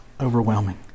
overwhelming